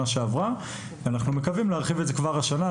שעברה ואנחנו מקווים להרחיב את זה כבר השנה.